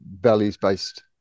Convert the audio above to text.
values-based